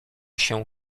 się